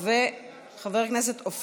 חבר הכנסת ג'אבר עסאקלה,